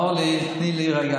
אורלי, תני לי רגע.